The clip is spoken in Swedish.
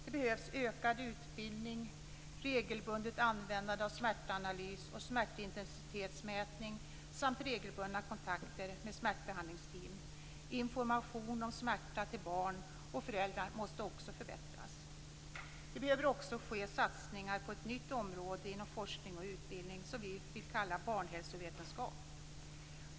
Det behövs ökad utbildning, regelbundet användande av smärtanalys och smärtintensitetsmätning samt regelbundna kontakter med smärtbehandlingsteam. Informationen om smärta till barn och föräldrar måste också förbättras. Det behöver också ske satsningar på ett nytt område inom forskning och utbildning, som vi vill kalla barnhälsovetenskap.